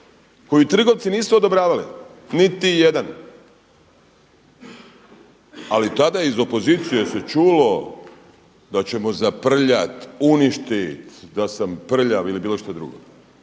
koju trgovci nisu odobravali niti jedan. Ali tada iz opozicije se čulo da ćemo zaprljat, uništit, da sam prljav ili bilo šta drugo.